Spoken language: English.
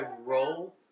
roll